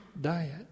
diet